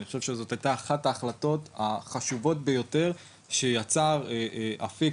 אני חושב שזאת הייתה אחת ההחלטות החשובות ביותר שיצר אפיק